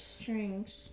Strings